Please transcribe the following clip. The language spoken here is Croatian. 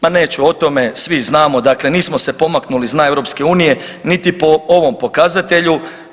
Ma neću o tome, svi znamo dakle nismo se pomaknuli s dna EU niti po ovom pokazatelju.